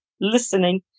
listening